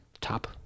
top